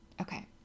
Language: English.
Okay